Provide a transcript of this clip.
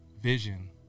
vision